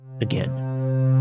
again